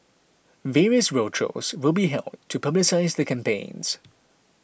various roadshows will be held to publicise the campaign